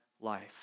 life